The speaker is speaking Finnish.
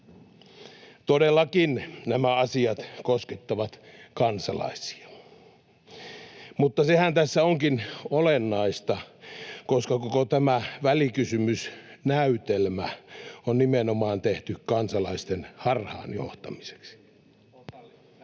Todellakin nämä asiat koskettavat kansalaisia. Mutta sehän tässä onkin olennaista, koska koko tämä välikysymysnäytelmä on nimenomaan tehty kansalaisten harhaanjohtamiseksi.